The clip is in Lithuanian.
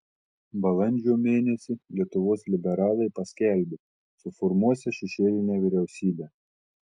balandžio mėnesį lietuvos liberalai paskelbė suformuosią šešėlinę vyriausybę